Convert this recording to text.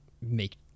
make